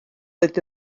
oedd